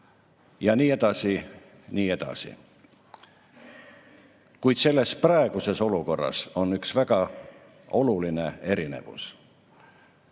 Ja nii edasi, ja nii edasi. Kuid selles praeguses olukorras on üks väga oluline erinevus.